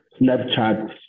snapchat